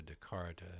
Descartes